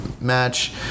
match